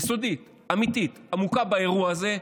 יסודית, אמיתית, עמוקה באירוע הזה,